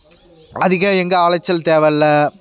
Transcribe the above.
அதிக எங்கே அலைச்சல் தேவையில்ல